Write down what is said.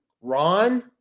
Ron